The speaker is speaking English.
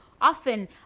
often